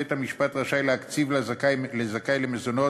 בית-המשפט רשאי להקציב לזכאי למזונות,